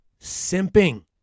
simping